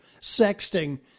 sexting